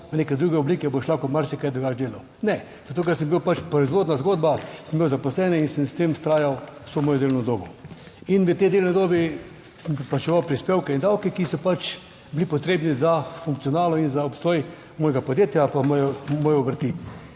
v neke druge oblike boš lahko marsikaj drugače delal. Ne, zato, ker sem bil pač proizvodna zgodba, sem imel zaposleni in sem s tem vztrajal vso mojo delovno dobo in v tej delovni dobi sem plačeval prispevke in davke, ki so pač bili potrebni za funkcionalno in za obstoj mojega podjetja pa moje obrti